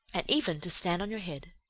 and even to stand on your head.